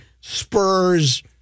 Spurs